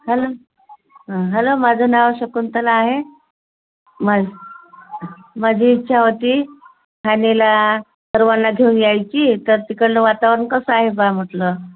hello hello माझं नाव शकुंतला आहे माझं माझी इच्छा होती हानेला सर्वांना घेऊन यायची तर तिकडलं वातावरण कसं आहे बा म्हटलं